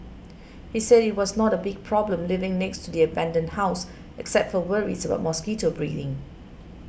he said it was not a big problem living next to the abandoned house except for worries about mosquito breeding